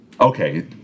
Okay